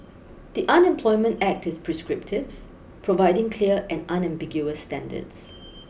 the Unemployment Act is prescriptive providing clear and unambiguous standards